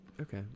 Okay